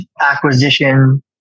acquisition